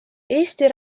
eesti